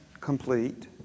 complete